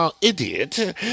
idiot